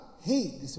hey